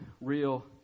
real